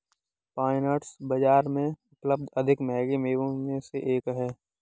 pine nuts बाजार में उपलब्ध अधिक महंगे मेवों में से एक हैं